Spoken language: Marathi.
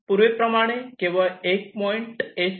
पूर्वीप्रमाणे केवळ एक पॉईंट S नाही